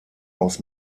aus